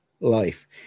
life